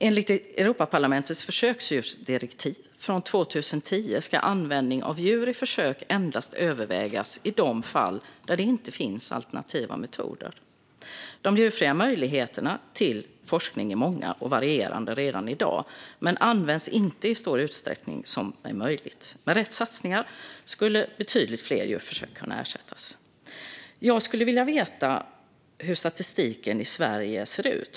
Enligt Europaparlamentets försöksdjursdirektiv från 2010 ska användning av djur i försök endast övervägas i de fall där det inte finns alternativa metoder. De djurfria möjligheterna till forskning är många och varierande redan i dag men används inte i så stor utsträckning som det är möjligt. Med rätt satsningar skulle betydligt fler djurförsök kunna ersättas. Jag skulle vilja veta hur statistiken i Sverige ser ut.